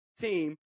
team